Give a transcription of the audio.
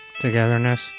togetherness